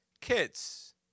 kids